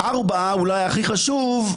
ארבע, אולי הכי חשוב,